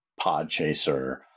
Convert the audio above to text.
Podchaser